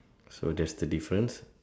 so that's the difference